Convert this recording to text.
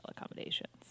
accommodations